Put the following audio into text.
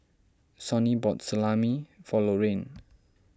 Sonny bought Salami for Lorraine